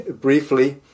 briefly